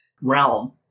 realm